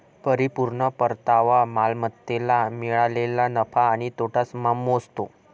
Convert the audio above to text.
परिपूर्ण परतावा मालमत्तेला मिळालेला नफा किंवा तोटा मोजतो